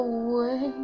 away